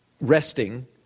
resting